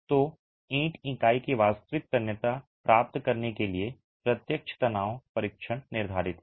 तो ईंट इकाई की वास्तविक तन्यता प्राप्त करने के लिए प्रत्यक्ष तनाव परीक्षण निर्धारित है